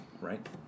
Right